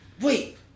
wait